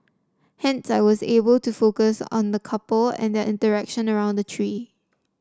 hence I was able to focus on the couple and their interaction around the tree